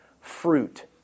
fruit